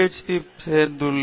D இல் சேர்ந்தேன்